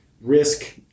risk